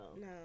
No